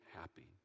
happy